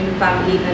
family